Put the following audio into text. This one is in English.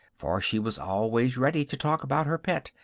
for she was always ready to talk about her pet,